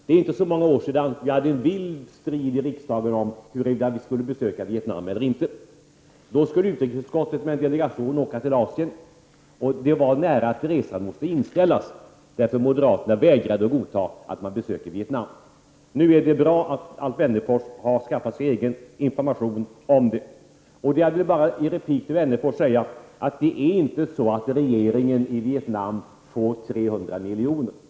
Det är inte så många år sedan vi hade en vild strid i riksdagen om huruvida vi skulle besöka Vietnam eller inte. Då skulle utrikesutskottet med en delegation åka till Asien, och det var nära att resan måste inställas, därför att moderaterna vägrade att godta att man skulle besöka Vietnam. Nu är det bra att Alf Wennerfors har skaffat sig egen information. Jag vill bara till Alf Wennerfors säga att det är inte så att regeringen i Vietnam får 300 milj.kr.